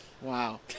Wow